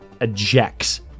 ejects